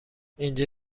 اینجا